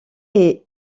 est